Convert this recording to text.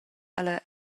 alla